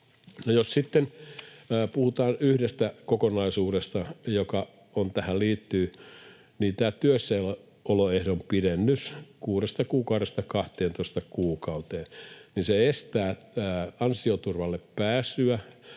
Jos sitten puhutaan yhdestä kokonaisuudesta, joka tähän liittyy, niin tämä työssäoloehdon pidennys kuudesta kuukaudesta 12 kuukauteen estää ansioturvalle pääsyä